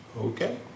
Okay